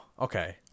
Okay